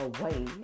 away